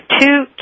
two